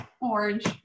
orange